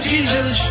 Jesus